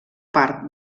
part